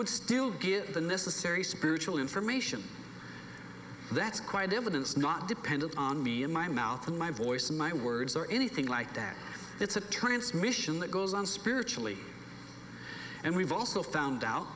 would still get the necessary spiritual information that's quite evidence not dependent on me in my mouth and my voice my words or anything like that it's a transmission that goes on spiritually and we've also found out